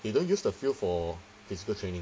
they don't use the field for physical training